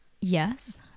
Yes